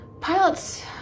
pilots